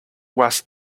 was